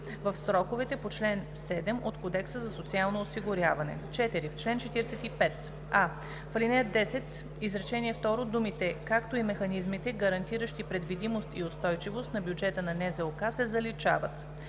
„в сроковете по чл. 7 от Кодекса за социално осигуряване“. 4. В чл. 45: а) в ал. 10, изречение второ думите „както и механизмите, гарантиращи предвидимост и устойчивост на бюджета на НЗОК“ се заличават;